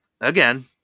Again